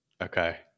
Okay